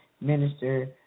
Minister